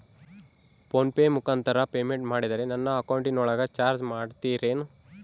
Phone pay ಮುಖಾಂತರ payment ಮಾಡಿದರೆ ನನ್ನ ಅಕೌಂಟಿನೊಳಗ ಚಾರ್ಜ್ ಮಾಡ್ತಿರೇನು?